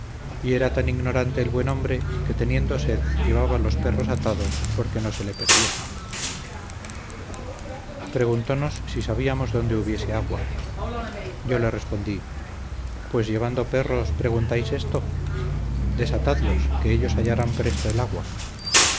y era tan ignorante el buen hombre que teniendo sed llevaba los perros atados porque no se le perdiesen preguntonos si sabíamos dónde hubiese agua yo le respondí pues llevando perros preguntáis esto desatadlos que ellos hallarán presto el agua